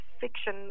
fiction